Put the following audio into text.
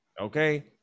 okay